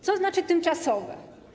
Co znaczy tymczasowe?